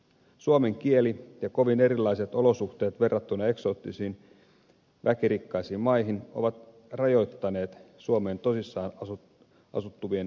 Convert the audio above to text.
suomen kieli ja kovin erilaiset olosuhteet verrattuna eksoottisiin väkirikkaisiin maihin ovat rajoittaneet suomeen tosissaan asettuvien ihmisten määrää